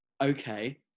okay